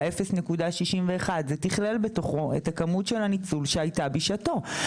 0.61. זה תכלל בתוכו את הכמות של הניצול שהייתה בשעתו.